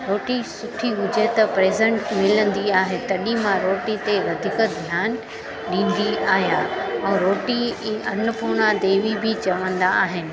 रोटी सुठी हुजे त प्रज़ेंट मिलंदी आहे तॾहिं मां रोटी ते वधीक ध्यानु ॾींदी आहिया ऐं रोटी ई अनपूर्णा देवी बि चवंदा आहिनि